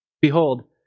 Behold